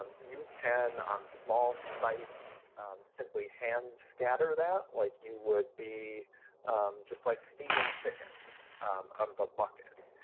um you can on small sites simply hand scatter that, like you would be just like feeding chickens out of a bucket.